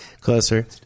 closer